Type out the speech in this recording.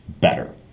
better